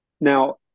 Now